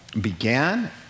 began